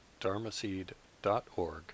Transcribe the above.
dharmaseed.org